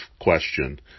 question